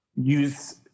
use